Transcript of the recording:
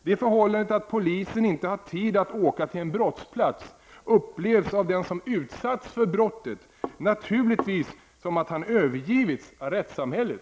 Det förhållandet att polisen inte har tid att åka till en brottsplats upplevs av den som utsatts för brottet som om han övergivits av rättssamhället.